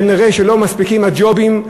כנראה לא מספיקים הג'ובים,